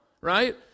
right